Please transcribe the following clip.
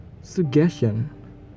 suggestion